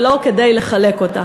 ולא כדי לחלק אותה.